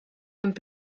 und